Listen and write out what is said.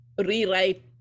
rewrite